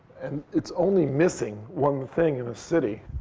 and it's only missing one thing in a city,